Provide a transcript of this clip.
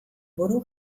buru